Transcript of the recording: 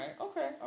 Okay